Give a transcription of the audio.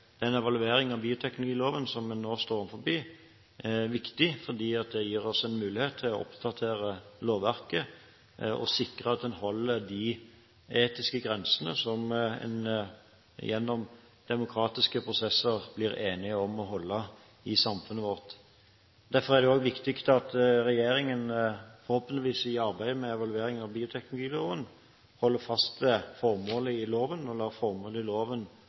den evalueringen av bioteknologiloven som vi nå står overfor, viktig. Det gir oss en mulighet til å oppdatere lovverket og sikre at en holder de etiske grensene som en gjennom demokratiske prosesser blir enig om å holde i samfunnet vårt. Derfor er det også viktig at regjeringen i arbeidet med evalueringen av bioteknologiloven – forhåpentligvis – holder fast ved formålet i loven og også lar formålet i loven